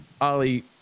Ali